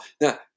now